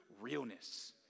realness